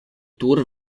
tour